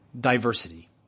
diversity